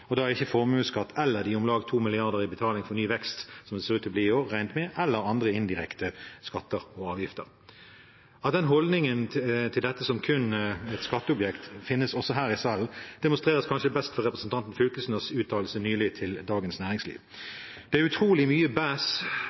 og da er ikke formuesskatt eller de om lag 2 mrd. kr i betaling for ny vekst, som det ser ut til å bli i år, regnet med, eller andre indirekte skatter og avgifter. At holdningen til dette som kun et skatteobjekt finnes også her i salen, demonstreres kanskje best i representanten Knag Fylkesnes’ uttalelse nylig til Dagens Næringsliv: «Det er utrolig mye